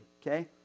okay